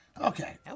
Okay